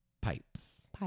pipes